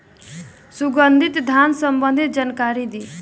सुगंधित धान संबंधित जानकारी दी?